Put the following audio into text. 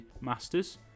masters